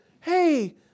hey